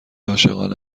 عاشقانه